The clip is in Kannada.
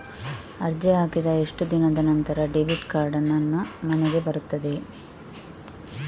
ಅರ್ಜಿ ಹಾಕಿದ ಎಷ್ಟು ದಿನದ ನಂತರ ಡೆಬಿಟ್ ಕಾರ್ಡ್ ನನ್ನ ಮನೆಗೆ ಬರುತ್ತದೆ?